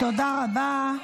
תודה רבה.